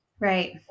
Right